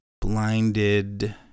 blinded